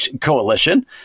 Coalition